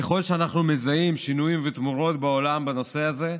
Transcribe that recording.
ככל שאנחנו מזהים שינויים ותמורות בעולם בנושא הזה,